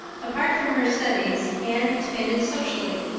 apart from her studies anne expanded socially,